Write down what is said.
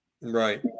Right